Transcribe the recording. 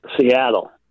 Seattle